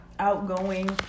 outgoing